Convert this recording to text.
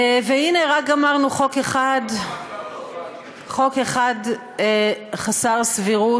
והנה, רק גמרנו חוק אחד, חוק אחד חסר סבירות.